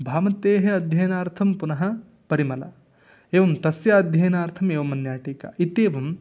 भामतेः अध्ययनार्थं पुनः परिमला एवं तस्य अध्ययनार्थमेवमन्या टीका इत्येवम्